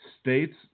states